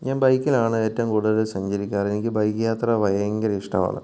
ഞാൻ ബൈക്കിലാണ് ഏറ്റവും കൂടുതൽ സഞ്ചരിക്കാറ് എനിക്ക് ബൈക്ക് യാത്ര ഭയങ്കര ഇഷ്ടമാണ്